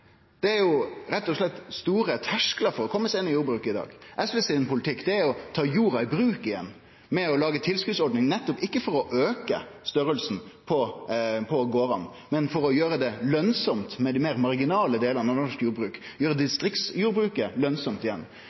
Det er rett og slett store tersklar for å kome seg inn i jordbruket i dag. Politikken til SV er å ta jorda i bruk igjen ved å lage tilskotsordningar, ikkje for å auke størrelsen på gardane, men for å gjere det lønsamt med dei meir marginale delane av norsk jordbruk. Vi vil gjere distriktsjordbruket lønsamt igjen